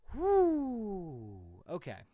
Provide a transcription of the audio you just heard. Okay